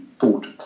thought